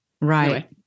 Right